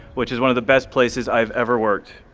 which is one of the best places i have ever worked.